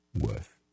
Worth